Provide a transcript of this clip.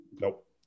Nope